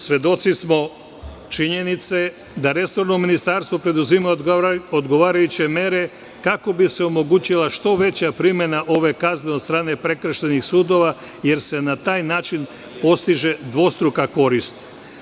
Svedoci smo činjenice da resorno ministarstvo preduzima odgovarajuće mere, kako bi se omogućila što veća primena ove kazne, od strane prekršajnih sudova, jer se na taj način postiže dvostruka korist.